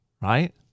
right